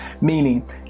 Meaning